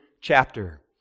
chapter